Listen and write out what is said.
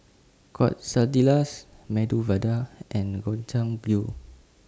Quesadillas Medu Vada and Gobchang Gui